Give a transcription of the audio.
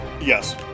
yes